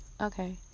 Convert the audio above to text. okay